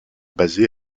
basés